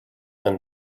than